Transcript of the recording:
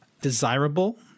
desirable